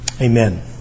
Amen